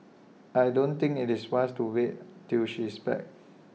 I don't think IT is wise to wait till she is back